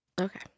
Okay